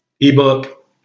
ebook